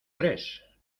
tres